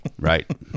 Right